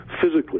physically